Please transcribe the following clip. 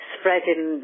spreading